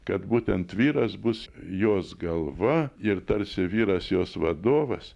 kad būtent vyras bus jos galva ir tarsi vyras jos vadovas